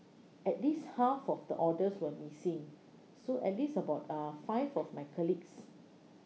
at least half of the orders were missing so at least about uh five of my colleagues